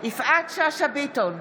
יפעת שאשא ביטון,